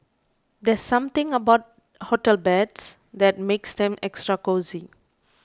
there's something about hotel beds that makes them extra cosy